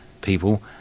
people